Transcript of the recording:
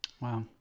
Wow